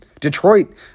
Detroit